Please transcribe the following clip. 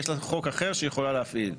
יש לה חוק אחר שהיא יכולה להפעיל.